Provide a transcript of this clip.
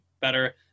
better